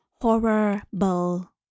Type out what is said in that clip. horrible